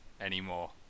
anymore